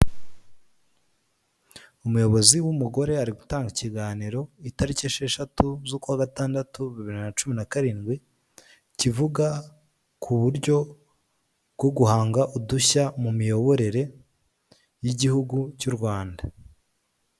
Umuyobozi w'umugore ari gutanga ikiganiro itariki esheshatu z'ukwa gatandatu bibiri na cumi na karindwi kivuga ku buryo bwo guhanga udushya mu miyoborere y'igihugu cy'u Rwanda